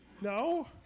no